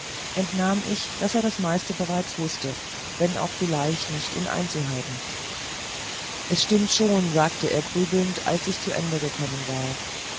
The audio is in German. entnahm ich daß er das meiste bereits wußte wenn auch vielleicht nicht in einzelheiten es stimmt schon sagte er grübelnd als ich zu ende gekommen war